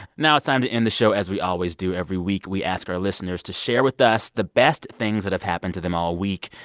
now it's time to end the show as we always do. every week, we ask our listeners to share with us the best things that have happened to them all week.